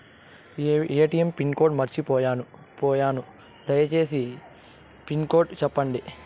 ATM pin code మర్చిపోయాను పోయాను దయసేసి పిన్ కోడ్ సెప్పండి?